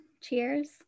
cheers